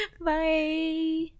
Bye